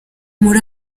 muri